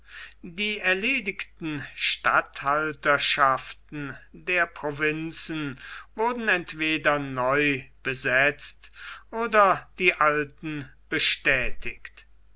die erledigten statthalterschaften der provinzen wurden entweder neu besetzt oder die alten bestätigt